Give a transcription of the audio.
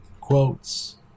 quotes